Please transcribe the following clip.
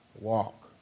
walk